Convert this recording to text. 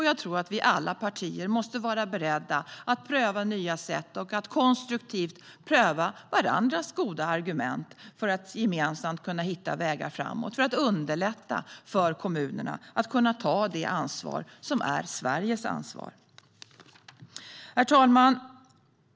Jag tror att alla partier måste vara beredda att pröva nya sätt och att konstruktivt pröva varandras goda argument för att vi gemensamt ska kunna hitta vägar framåt för att underlätta för kommunerna att ta det ansvar som är Sveriges ansvar. Herr talman!